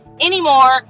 anymore